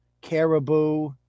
caribou